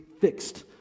fixed